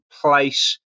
place